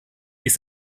ist